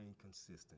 consistent